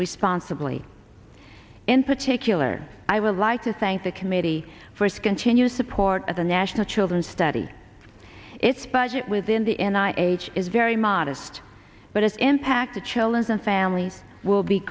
responsibly in particular i would like to thank the committee for its continued support of the national children's study its budget within the n i age is very modest but its impact the children's and family will be